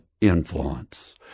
influence